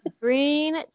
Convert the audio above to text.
green